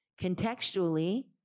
contextually